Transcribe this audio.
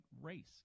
race